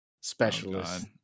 specialist